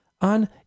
on